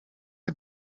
can